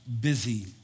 busy